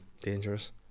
dangerous